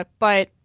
ah but,